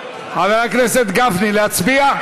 חבר הכנסת גפני, להצביע?